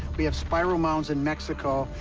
we have spiral mounds in mexico.